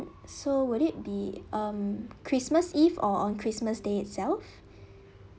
so would it be um christmas eve or on christmas day itself